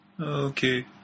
Okay